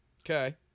okay